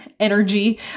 energy